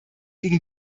gegen